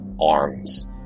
arms